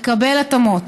מקבל התאמות.